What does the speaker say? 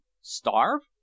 Starve